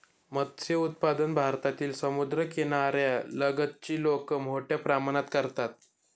मत्स्य उत्पादन भारतातील समुद्रकिनाऱ्या लगतची लोक मोठ्या प्रमाणात करतात